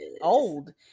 old